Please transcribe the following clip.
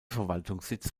verwaltungssitz